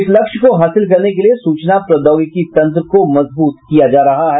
इस लक्ष्य को हासिल करने के लिए सूचना प्रौद्योगिकी तंत्र को मजबूत किया जा रहा है